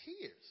tears